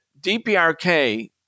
DPRK